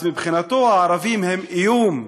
אז מבחינתו הערבים הם איום,